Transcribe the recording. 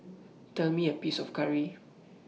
Tell Me The Price of Curry